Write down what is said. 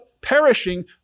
perishing